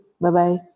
Bye-bye